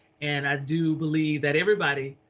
and i do believe that everybody,